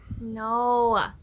no